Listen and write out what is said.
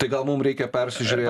tai gal mum reikia persižiūrėt